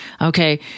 Okay